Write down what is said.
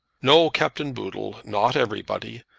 no, captain boodle not everybody.